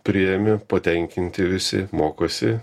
priėmė patenkinti visi mokosi tai vat ir aš patenkintas kad